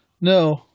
No